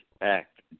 act